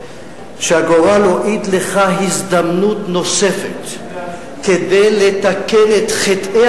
שהגורל הועיד לך הזדמנות נוספת כדי לתקן את חטאי